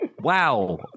wow